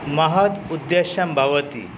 महत् उद्देशं भवति